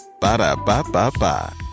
Ba-da-ba-ba-ba